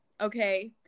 okay